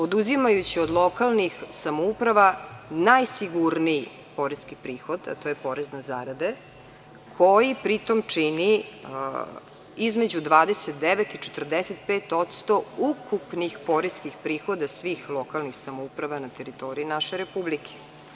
Oduzimajući od lokalnih samouprava najsigurniji poreski prihod, a to je porez na zarade koji pri tom čini između 29 i 45% ukupnih poreskih prihoda svih lokalnih samouprava na teritoriji naše republike.